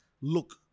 look